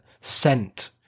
scent